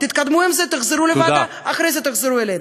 תתקדמו עם זה, תחזרו לוועדה, אחרי זה תחזרו אלינו.